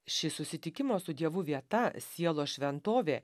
ši susitikimo su dievu vieta sielos šventovė